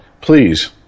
Please